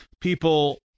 people